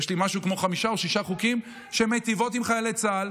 יש לי כחמישה או שישה חוקים שמיטיבים עם חיילי צה"ל.